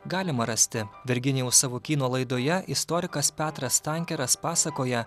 galima rasti virginijaus savukyno laidoje istorikas petras stankeras pasakoja